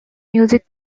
music